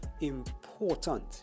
important